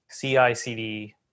CI-CD